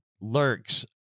lurks